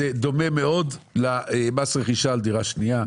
זה דומה מאוד למס הרכישה על דירה שנייה.